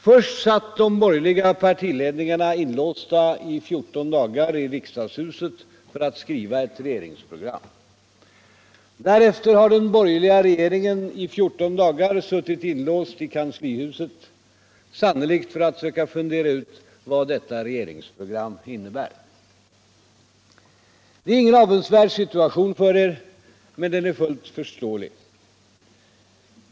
Först satt de borgerliga partiledningarna inlåsta i fjorton dagaur i riksdagshuset för att skriva ett regeringsprogram. Direfter har den borgerliga regeringen i fjorton dagar suttit inlåst i kanslihuset — sannolikt för att söka fundera ut vad detta regeringsprogram innebär. Det är ingen avundsvärd situation för er. men den är fullt förståelig.